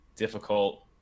difficult